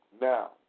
Now